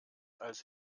als